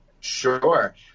Sure